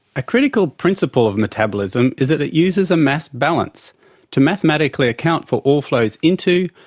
a critical principle of metabolism is that it uses a mass balance to mathematically account for all flows into,